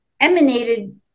emanated